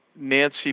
Nancy